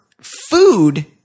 food